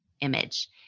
image